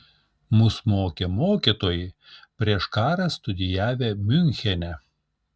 mus mokė mokytojai prieš karą studijavę miunchene